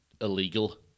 illegal